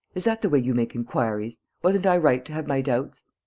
is that the way you make inquiries? wasn't i right to have my doubts?